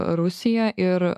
rusiją ir